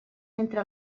entre